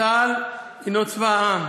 צה"ל הוא צבא העם.